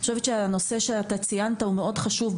אני חושבת שהנושא שציינת הוא מאוד חשוב.